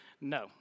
No